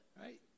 right